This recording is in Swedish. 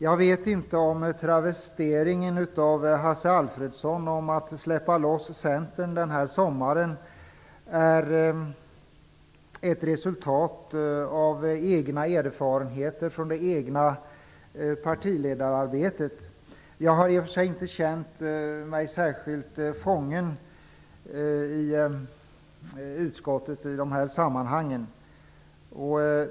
Jag vet inte om travesteringen av Hasse Alfredson, att man skall släppa loss Centern denna sommar, följer av erfarenheter från det egna partiledararbetet. Jag har inte känt mig särskilt fången i utskottet i dessa sammanhang.